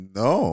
no